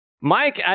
Mike